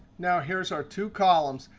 now here's our two columns.